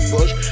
Bush